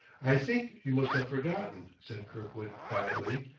i think you must have forgotten, said kirkwood quietly.